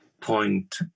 point